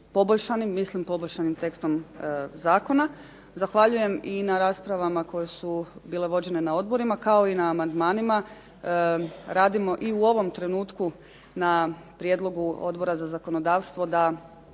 rezultirala poboljšanim tekstom Zakona, zahvaljujem i na raspravama koje su bile vođene na odborima, kao i na amandmanima, radimo i u ovom trenutku na prijedlogu Odbora za zakonodavstvo da